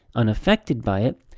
unaffected by it,